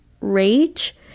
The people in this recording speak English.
rage